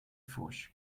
foix